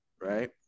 Right